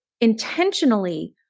intentionally